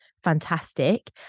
fantastic